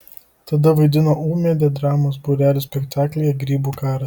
tada vaidino ūmėdę dramos būrelio spektaklyje grybų karas